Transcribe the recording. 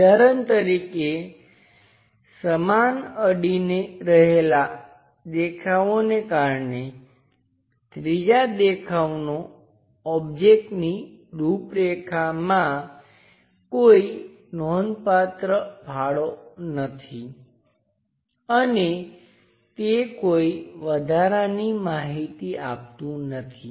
ઉદાહરણ તરીકે સમાન અડીને રહેલાં દેખાવોને કારણે ત્રીજા દેખાવનો ઓબ્જેક્ટની રૂપરેખામાં કોઈ નોંધપાત્ર ફાળો નથી અને તે કોઈ વધારાની માહિતી આપતું નથી